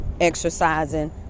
exercising